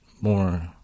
more